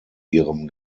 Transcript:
ihrem